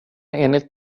enligt